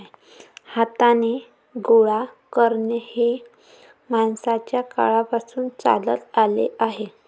हाताने गोळा करणे हे माणसाच्या काळापासून चालत आले आहे